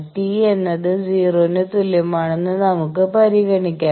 t എന്നത് 0 ന് തുല്യമാണെന്ന് നമുക്ക് പരിഗണിക്കാം